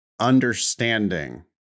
understanding